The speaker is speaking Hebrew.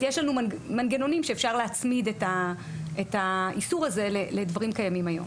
יש לנו מנגנונים שאפשר להצמיד את האיסור הזה לדברים קיימים היום.